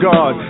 God